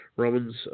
Romans